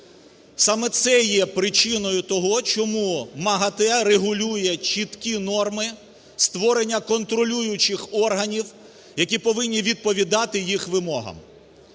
Саме це є причиною того, чому МАГАТЕ регулює чіткі норми створення контролюючих органів, які повинні відповідати їх вимогам.